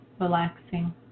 relaxing